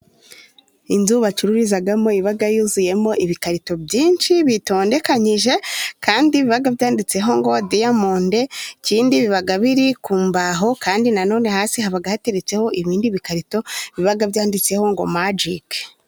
Inzu bacururizamo iba yuzuyemo ibikarito byinshi bitondekanyije, kandi biba byanditseho ngo diyamonde, ikindi biba biri ku mbaho kandi nanone hasi haba hateretseho ibindi bikarito, biba byanditseho ngo majike.